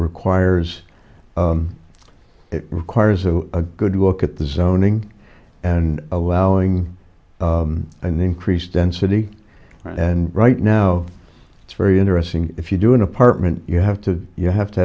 requires it requires a good look at the zoning and allowing an increased density and right now it's very interesting if you do an apartment you have to you have to